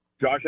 Josh